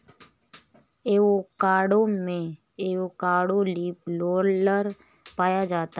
avocado में avocado leaf roller पाया जाता है